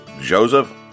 Joseph